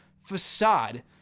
facade